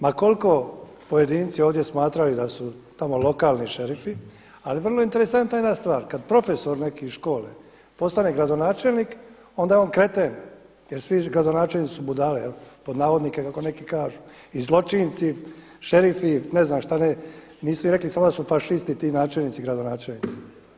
Ma koliko pojedinci ovdje smatrali da su tamo lokalni šerifi, ali vrlo je interesantna jedna stvar, kada profesor neki iz škole postane gradonačelnik, onda je on kreten jer svi gradonačelnici su budale pod navodnike kako neki kažu i zločinci, šerifi i ne znam što ne, nisu im samo rekli da su fašisti ti načelnici i gradonačelnici.